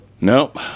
Nope